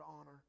honor